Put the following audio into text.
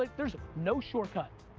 like there's no shortcut.